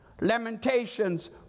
Lamentations